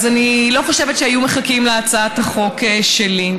אז אני לא חושבת שהיו מחכים להצעת החוק שלי.